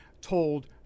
told